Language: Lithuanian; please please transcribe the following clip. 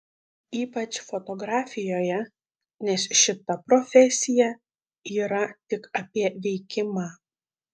ypač fotografijoje nes šita profesija yra tik apie veikimą